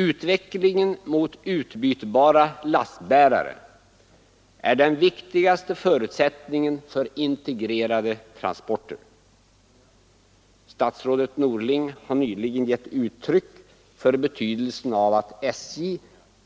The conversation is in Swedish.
Utvecklingen mot utbytbara lastbärare är den viktigaste förutsättningen för integrerade transporter. Statsrådet Norling har nyligen gett uttryck för sin uppfattning om betydelsen av att SJ